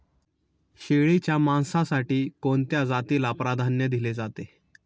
शेळीच्या मांसासाठी कोणत्या जातीला प्राधान्य दिले जाते?